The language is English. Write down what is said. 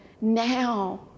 now